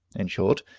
in short,